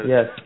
Yes